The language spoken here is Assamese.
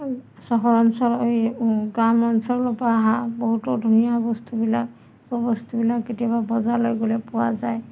চহৰ অঞ্চল অ এই গ্ৰাম অঞ্চলৰ পৰা অহা বহুতো ধুনীয়া বস্তুবিলাক বয় বস্তুবিলাক কেতিয়াবা বজাৰলৈ গ'লে পোৱা যায়